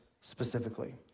specifically